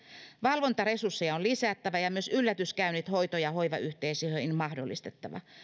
valvontaresursseja on lisättävä ja myös yllätyskäynnit hoito ja hoivayhteisöihin mahdollistettava